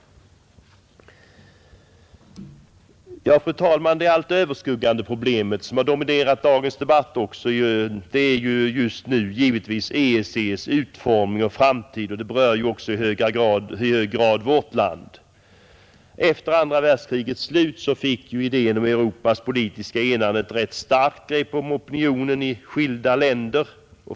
Det allt överskuggande problemet, som också har dominerat dagens debatt, är just nu givetvis EEC:s utformning och framtid, och det berör ju i hög grad vårt land. Efter andra världskrigets slut fick idén om Europas politiska enande ett rätt starkt grepp om opinionen i skilda länder.